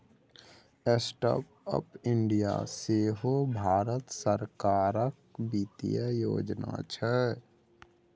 startup India सेहो भारत सरकारक बित्तीय योजना छै